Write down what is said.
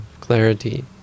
clarity